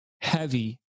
heavy